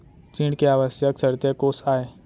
ऋण के आवश्यक शर्तें कोस आय?